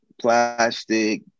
plastic